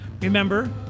Remember